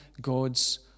God's